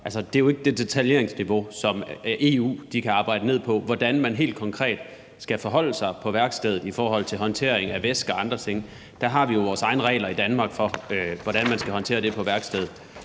det er jo ikke nede på det detaljeringsniveau, hvor EU kan arbejde, i forhold til hvordan man helt konkret skal forholde sig på værkstedet i forhold til håndtering af væsker og andre ting. Der har vi jo vores egne regler i Danmark for, hvordan man skal håndtere det på værkstedet.